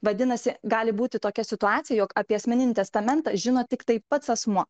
vadinasi gali būti tokia situacija jog apie asmeninį testamentą žino tiktai pats asmuo